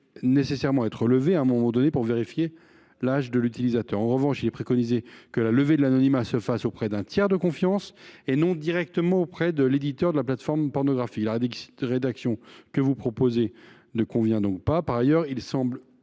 nécessairement être levé à un moment donné pour vérifier l’âge de l’utilisateur. En revanche, il est préconisé que la levée de l’anonymat se fasse auprès d’un tiers de confiance et non directement auprès de l’éditeur de la plateforme pornographique. La rédaction que vous proposez ne convient donc pas. Par ailleurs, il ne semble